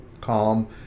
calm